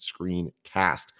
screencast